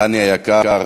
דני היקר,